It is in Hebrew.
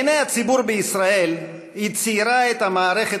בעיני הציבור בישראל היא ציירה את המערכת